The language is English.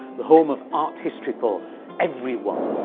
the home of art history for everyone.